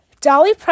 Dolly